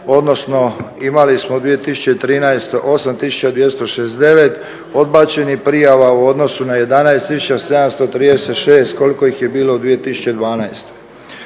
odnosno imali smo u 2013. 8269 odbačenih prijava u odnosu na 11736 koliko je bilo u 2012.